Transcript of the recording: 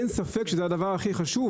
אין ספק שזה הדבר הכי חשוב.